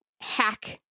hack